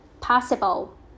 possible